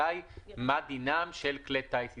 מה דינם של כלי טיס ישראליים?